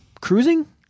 Cruising